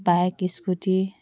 bike scooty